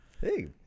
Hey